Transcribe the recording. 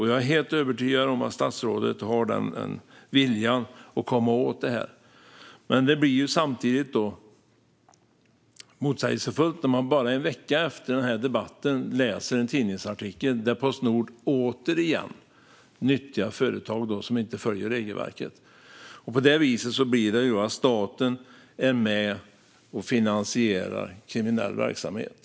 Jag är helt övertygad om att statsrådet har den viljan att komma åt frågan, men det blir samtidigt motsägelsefullt när man bara en vecka efter debatten läser en tidningsartikel där det framgår att Postnord återigen nyttjar företag som inte följer regelverket. På det viset är staten med och finansierar kriminell verksamhet.